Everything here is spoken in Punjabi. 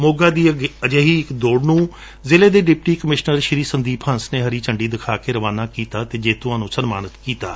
ਸੋਗਾ ਦੀ ਅਜਿਹੀ ਇਕ ਦੋੜ ਨੂੰ ਜ਼ਿਲੇ ਦੇ ਡਿਪਟੀ ਕਮਿਸ਼ਨਰ ਸੰਦੀਪ ਹੰਸ ਨੇ ਹਰੀ ਝੰਡੀ ਦਿਖਾ ਕੇ ਰਵਾਨਾ ਕੀਤਾ ਅਤੇ ਜੇੜੁਆਂ ਨੰ ਸਨਮਾਨਤ ਕੀਤਾ ਗਿਆ